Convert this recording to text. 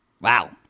Wow